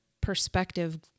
perspective